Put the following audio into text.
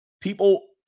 people